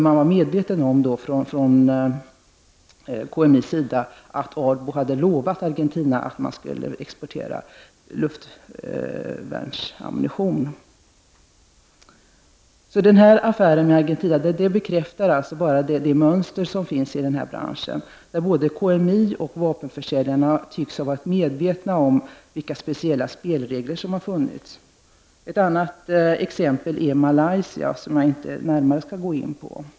Man var alltså från KMIs sida medveten om att Ardbo hade lovat Argentina att exportera luftvärnsammunition. Den här affären bekräftar det mönster som finns i branschen — både KMI och vapenförsäljarna tycks ha varit medvetna om vilka speciella spelregler som funnits. Ett annat exempel är Malaysia, som jag inte tänker gå närmare in på.